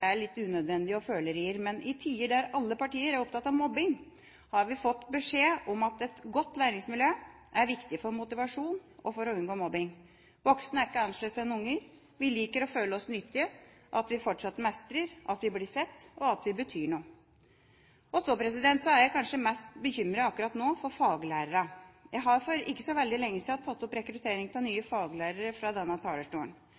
er litt unødvendig og følerier, men i tider der alle partier er opptatt av mobbing, har vi fått beskjed om at et godt læringsmiljø er viktig for motivasjon og for å unngå mobbing. Voksne er ikke annerledes enn unger – vi liker å føle oss nyttige, at vi fortsatt mestrer, at vi blir sett, og at vi betyr noe. Så er jeg kanskje mest bekymret akkurat nå for faglærerne. Jeg har for ikke så lenge siden tatt opp rekruttering av nye faglærere fra denne talerstolen.